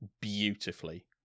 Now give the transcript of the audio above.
beautifully